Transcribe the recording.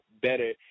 better